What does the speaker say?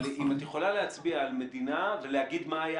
אבל אם את יכולה להצביע על מדינה ולהגיד מה היה